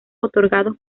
otorgados